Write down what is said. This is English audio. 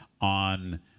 on